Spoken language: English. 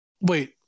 Wait